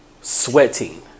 sweating